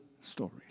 stories